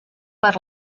per